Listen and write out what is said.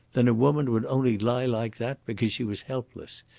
then a woman would only lie like that because she was helpless,